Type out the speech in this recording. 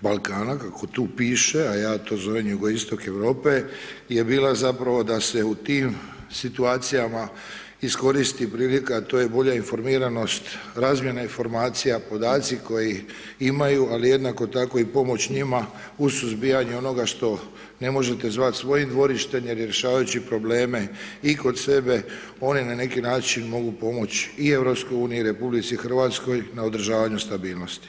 Balkana, kako tu piše, a ja to zovem jugoistok Europe, je bila, zapravo, da se u tim situacijama iskoristi prilika, a to je bolja informiranost, razvijena informacija, podaci koji imaju, ali jednako tako i pomoć njima u suzbijanju onoga što ne možete zvati svojim dvorištem jer rješavajući probleme i kod sebe, oni na neki način mogu pomoć i EU i RH na održavanju stabilnosti.